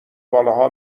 بالاها